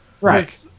Right